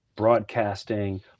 Broadcasting